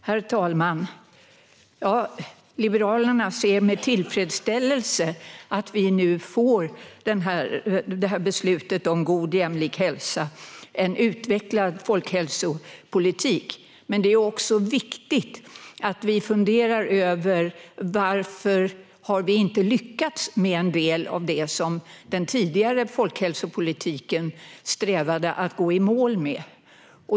Herr talman! Liberalerna ser med tillfredsställelse på att vi nu får beslutet om God jämlik hälsa - en utvecklad folkhälsopolitik . Men det är viktigt att vi funderar över varför vi inte har lyckats med en del av det som den tidigare folkhälsopolitiken strävade efter att gå i mål med.